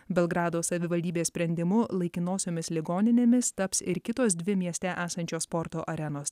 belgrado savivaldybės sprendimu laikinosiomis ligoninėmis taps ir kitos dvi mieste esančios sporto arenos